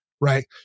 right